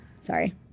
Sorry